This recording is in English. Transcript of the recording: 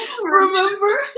Remember